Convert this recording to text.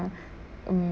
mm